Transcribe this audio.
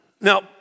Now